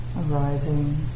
arising